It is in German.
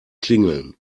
klingeln